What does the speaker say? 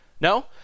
No